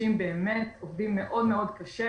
אנשים באמת עובדים מאוד מאוד קשה